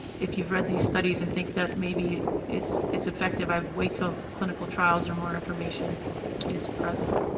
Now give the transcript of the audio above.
if you've read these studies and think that maybe it's it's effective, i would wait till clinical trials or more information is present.